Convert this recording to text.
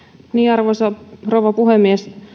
arvoisa rouva puhemies